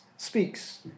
Speaks